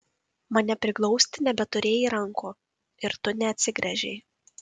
mane priglausti nebeturėjai rankų ir tu neatsigręžei